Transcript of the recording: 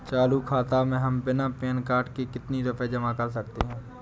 चालू खाता में हम बिना पैन कार्ड के कितनी रूपए जमा कर सकते हैं?